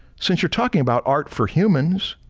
since you're talking about art for humans,